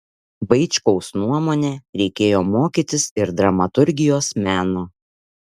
vaičkaus nuomone reikėjo mokytis ir dramaturgijos meno